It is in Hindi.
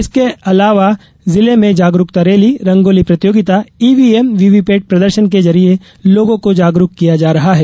इसके अलावा भी जिले में जागरुकता रैली रंगोली प्रतियोगिता ईवीएम वीवीपैट प्रदर्शन के जरिये लोगों को जागरुक किया जा रहा है